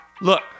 Look